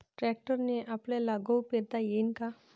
ट्रॅक्टरने आपल्याले गहू पेरता येईन का?